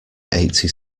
eighty